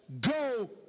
Go